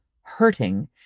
hurting